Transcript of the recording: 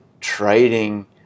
trading